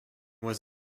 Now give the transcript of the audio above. was